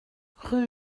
rue